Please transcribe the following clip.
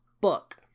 book